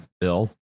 Bill